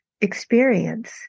experience